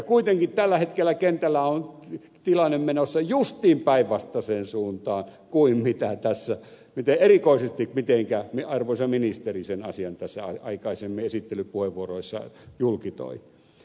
kuitenkin tällä hetkellä kentällä on tilanne menossa justiin päinvastaiseen suuntaan kuin mitenkä tässä arvoisa ministeri erikoisesti sen asian tässä aikaisemmin esittelypuheenvuorossaan julkitoi